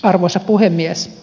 arvoisa puhemies